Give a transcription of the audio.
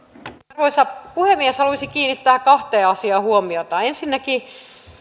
arvoisa puhemies haluaisin kiinnittää kahteen asiaan huomiota ensinnäkin